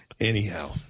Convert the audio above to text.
Anyhow